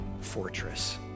fortress